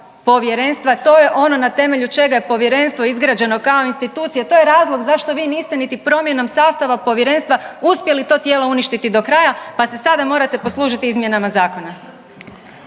to je ono na temelju čega je Povjerenstvo izgrađeno kao institucija, to je razlog zašto vi niste niti promjenom sastava Povjerenstva uspjeli to tijelo uništiti do kraja pa se sada morate poslužiti izmjenama zakona.